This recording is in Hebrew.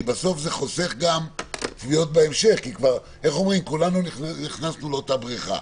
כי בסוף זה חוסך גם תביעות בהמשך כי כולנו נכנסנו לאותה בריכה,